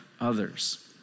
others